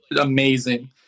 amazing